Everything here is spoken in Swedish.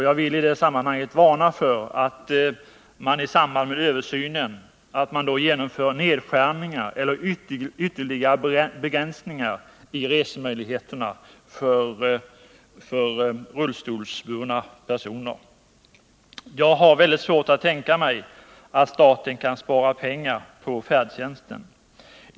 Jag vill i det sammanhanget varna för att man i samband med översynen genomför nedskärningar eller ytterligare begränsningar när det gäller resemöjligheterna för rullstolsbund na personer. Jag har mycket svårt att tänka mig att staten kan spara pengar på färdtjänsten.